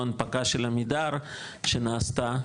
הנפקה של עמידר כשנעשתה,